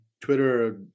Twitter